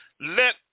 Let